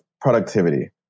productivity